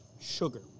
sugar